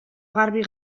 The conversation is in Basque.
garbi